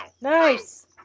nice